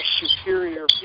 superior